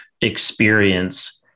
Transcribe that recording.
experience